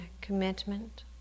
commitment